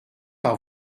par